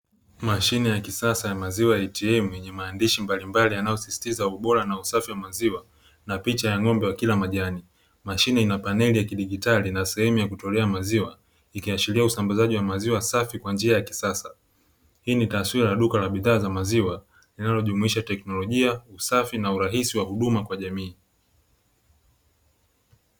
Mashine ya kisasa ya maziwa ya ATM yenye maandishi mbalimbali yanayosisitiza ubora na usafi wa maziwa, na picha ya ng'ombe wakila majani. Mashine ina paneli ya kidigitali na sehemu ya kutolea maziwa, ikiashiria usambazaji wa maziwa safi kwa njia ya kisasa. Hii ni taswira ya duka la bidhaa za maziwa linalojumuisha teknolojia, usafi na urahisi wa huduma kwa jamii.